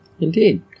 Indeed